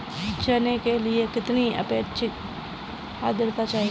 चना के लिए कितनी आपेक्षिक आद्रता चाहिए?